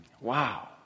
Wow